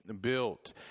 built